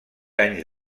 anys